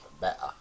better